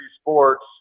sports